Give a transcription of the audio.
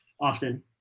often